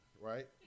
right